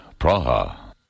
Praha